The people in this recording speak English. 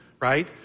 right